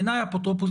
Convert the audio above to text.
ההפעלה.